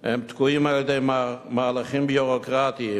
הן תקועות על-ידי מהלכים ביורוקרטיים.